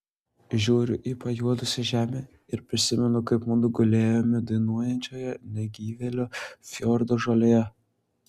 žiūriu į pajuodusią žemę ir prisimenu kaip mudu gulėjome dainuojančioje negyvėlio fjordo žolėje